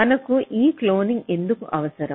మనకు ఈ క్లోనింగ్ ఎందుకు అవసరం